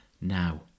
now